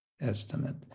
estimate